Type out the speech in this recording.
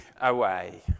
away